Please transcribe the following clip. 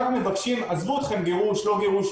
עזבו אתכם גירוש לא גירוש,